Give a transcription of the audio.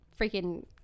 freaking